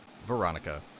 veronica